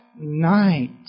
night